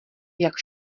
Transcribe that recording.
jak